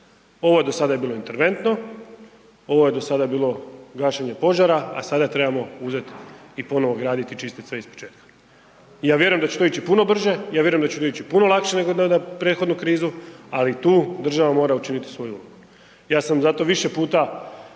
Ovo do sada je bilo interventno, ovo je do sada bilo gašenje požara, a sada trebamo uzeti i ponovo graditi i čistiti sve iz početka. Ja vjerujem da će to ići puno brže, ja vjerujem da će to ići puno lakše nego na prethodnu krizu, ali tu država mora učiniti svoju ulogu. Ja sam zato više puta,